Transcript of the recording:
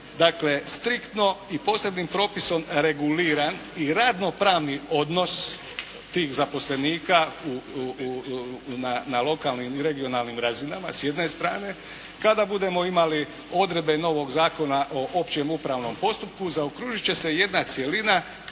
dakle striktno i posebnim propisom reguliran i radno-pravni odnos tih zaposlenika na lokalnim i regionalnim razinama s jedne strane, kada budemo imali odredbe novog Zakona o općem upravnom postupku, zaokružit će se jedna cjelina